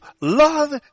love